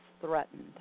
threatened